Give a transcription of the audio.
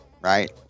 Right